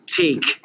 take